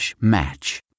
match